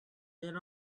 then